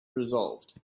resolved